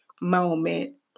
moment